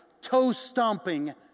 toe-stomping